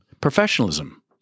Professionalism